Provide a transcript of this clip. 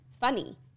funny